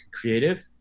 creative